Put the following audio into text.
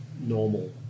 normal